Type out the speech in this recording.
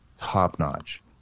top-notch